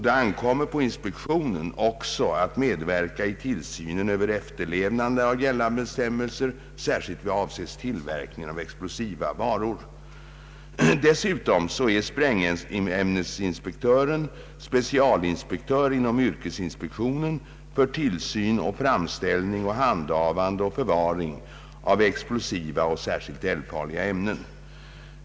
Det ankommer även på inspektionen att medverka i tillsynen av efterlevnaden av gällande bestämmelser, särskilt beträffande tillverkningen av explosiva varor. Dessutom är sprängämnesinspektören specialinspektör inom yrkesinspektionen för tillsyn, framställning, handhavande och förvaring av explosiva och särskilt eldfarliga ämnen.